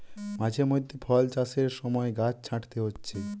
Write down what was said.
মাঝে মধ্যে ফল চাষের সময় গাছ ছাঁটতে হচ্ছে